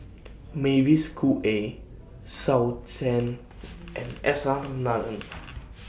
Mavis Khoo Oei and S R Nathan